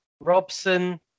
Robson